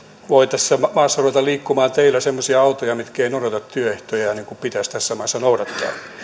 voi tässä maassa ruveta liikkumaan teillä semmoisia autoja mitkä eivät noudata työehtoja niin kuin pitäisi tässä maassa noudattaa